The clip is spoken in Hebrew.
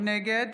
נגד